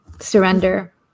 Surrender